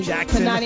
Jackson